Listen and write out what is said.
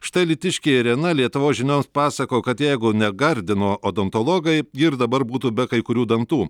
štai alytiškė irena lietuvos žiniom pasakojo kad jeigu ne gardino odontologai ji ir dabar būtų be kai kurių dantų